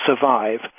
survive